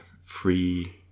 free